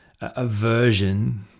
aversion